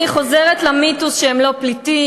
אני חוזרת למיתוס שהם לא פליטים,